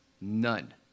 none